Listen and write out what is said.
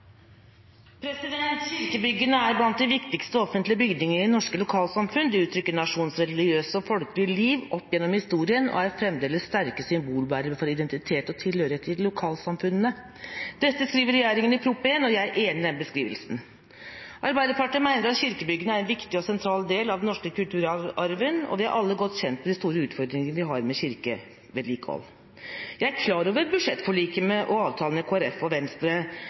er blant de viktigste offentlige bygningene i norske lokalsamfunn. De uttrykker nasjonens religiøse og folkelige liv opp gjennom historien og er fremdeles sterke symbolbærere for identitet og tilhørighet til lokalsamfunnet.» Dette skriver regjeringa i Prop. 1, og jeg er enig i den beskrivelsen. Arbeiderpartiet mener at kirkebyggene er en viktig og sentral del av den norske kulturarven, og vi er alle godt kjent med de store utfordringene vi har med kirkevedlikehold. Jeg er klar over budsjettforliket og avtalen med Kristelig Folkeparti og Venstre,